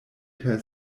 per